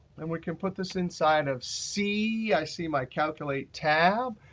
and we can put this inside of c i see my calculate, tab,